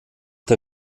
der